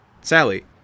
Sally